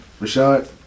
Rashad